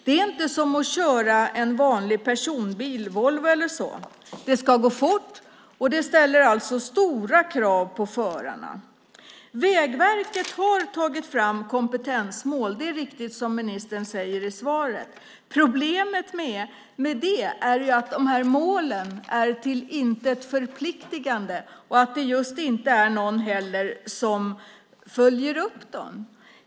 Det är inte som att köra en vanlig personbil, en Volvo till exempel. Det ska gå fort, och det ställer stora krav på förarna. Det är riktigt att Vägverket har tagit fram kompetensmål, som ministern säger i svaret. Problemet med det är att dessa mål är till intet förpliktande. Det är inte heller någon som följer upp dem.